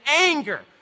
anger